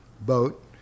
boat